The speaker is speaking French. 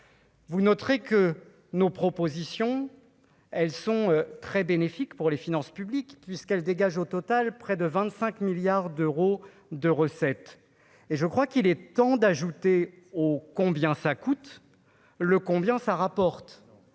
vous noterez que nos propositions, elles sont très bénéfiques pour les finances publiques, puisqu'elle dégage au total près de 25 milliards d'euros de recettes et je crois qu'il est temps d'ajouter oh combien ça coûte le combien ça rapporte